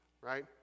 right